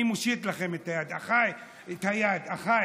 אני מושיט לכם את היד, אחיי, את היד, אחיי: